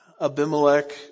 Abimelech